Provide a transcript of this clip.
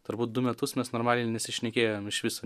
turbūt du metus mes normaliai nesišnekėjom iš viso